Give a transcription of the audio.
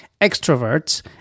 extroverts